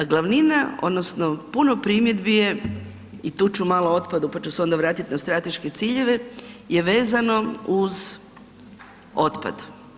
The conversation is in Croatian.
A glavnina odnosno puno primjedbi je i tu ću malo o otpadu pa ću se onda vratiti na strateške ciljeve je vezano uz otpad.